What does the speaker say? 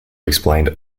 explained